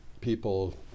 people